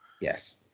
Yes